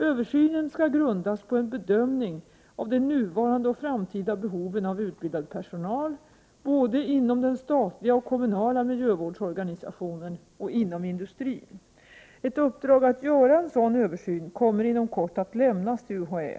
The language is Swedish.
Översynen skall grundas på en bedömning av de nuvarande och framtida behoven av utbildad pesonal, både inom den statliga och kommunala miljövårdsorganisationen och inom industrin. Ett uppdrag 47 att göra en sådan översyn kommer inom kort att lämnas till UHA.